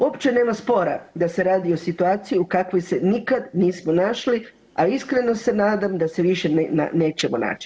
Uopće nema spora da se radi o situaciji u kakvoj se nikad nismo našli, a iskreno se nadam da se više nećemo naći.